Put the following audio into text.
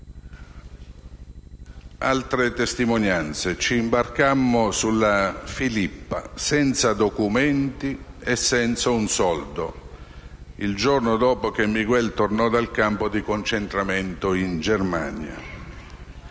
Altre testimonianze: «"Ci imbarcammo sulla Filippa senza documenti e senza un soldo il giorno dopo che Miguel tornò dal campo di concentramento in Germania"».